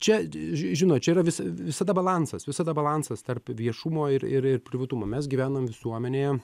čia d ži žinot čia yra vis visada balansas visada balansas tarp viešumo ir ir ir privatumo mes gyvenam visuomenėje